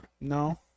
No